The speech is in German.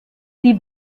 sie